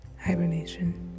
hibernation